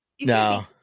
No